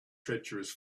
treacherous